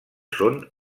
són